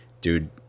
dude